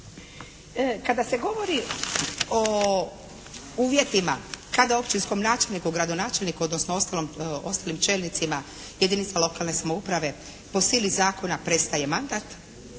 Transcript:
Kada se govori o uvjetima kada općinskom načelniku, gradonačelniku, odnosno ostalim čelnicima jedinica lokalne samouprave po sili zakona prestaje mandat,